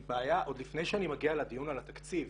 היא בעיה עוד לפני שאני מגיע לדיון על התקציב,